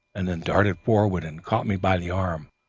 and then darted forward and caught me by the arm.